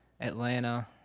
Atlanta